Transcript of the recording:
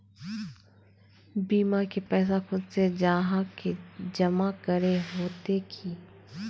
बीमा के पैसा खुद से जाहा के जमा करे होते की?